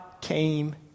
came